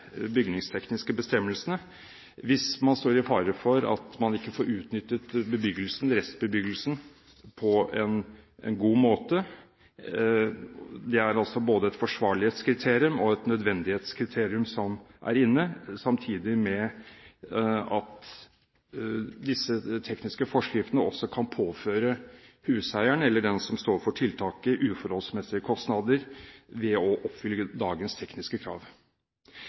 bygningstekniske bestemmelsene hvis man står i fare for ikke å få utnyttet restbebyggelsen på en god måte. Dette handler altså både om et forsvarlighetskriterium og et nødvendighetskriterium, samtidig som disse tekniske forskriftene også kan påføre huseieren, eller den som står for tiltaket, uforholdsmessige kostnader ved å oppfylle dagens tekniske krav.